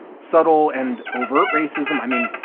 subtle and overt racism. i mean,